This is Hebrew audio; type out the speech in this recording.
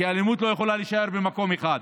כי אלימות לא יכולה להישאר במקום אחד.